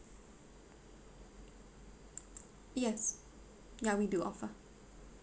yes yeah we do offer